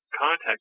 contact